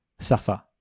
suffer